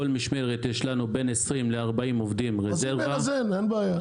בכל משמרת יש לנו 40-20 עובדים ברזרבה -- אז זה --- אין בעיה.